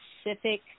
specific